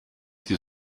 die